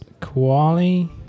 Kuali